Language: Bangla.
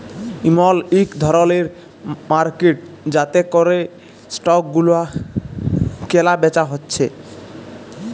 ইমল ইক ধরলের মার্কেট যাতে ক্যরে স্টক গুলা ক্যালা বেচা হচ্যে